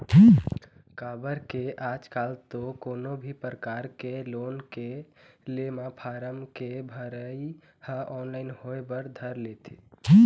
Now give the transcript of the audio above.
काबर के आजकल तो कोनो भी परकार के लोन के ले म फारम के भरई ह ऑनलाइन होय बर धर ले हे